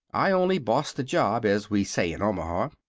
i only bossed the job, as we say in omaha.